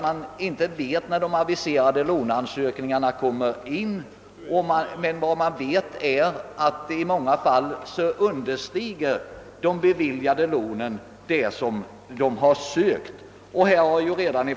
Man vet inte när de aviserade låneansökningarna kommer in, och i många fall beviljas lån med lägre belopp än vad som sökts.